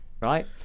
right